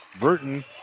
Burton